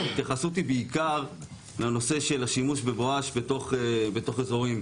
ההתייחסות היא בעיקר לנושא של השימוש ב"בואש" בתוך אזורים